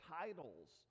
titles